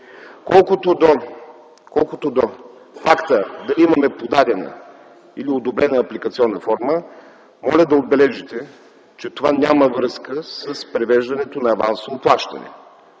Колкото до факта дали имаме подадена или одобрена апликационна форма, моля да отбележите, че това няма връзка с привеждането на авансово плащане.